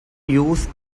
use